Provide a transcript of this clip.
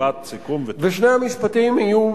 ושני המשפטים יהיו,